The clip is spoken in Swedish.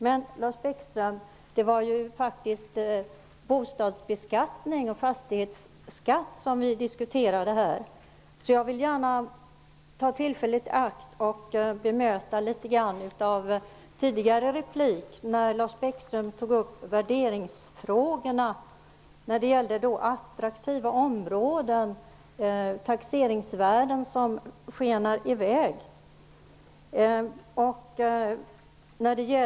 Men det är faktiskt bostadsbeskattning och fastighetsskatt som vi här diskuterar, Lars Jag vill gärna ta tillfället i akt att litet grand bemöta det Lars Bäckström sade i sin tidigare replik om värderingsfrågorna. Taxeringsvärden i attraktiva områden skenar i väg.